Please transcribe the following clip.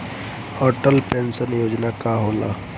Atal pension Yojana का होला?